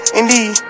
indeed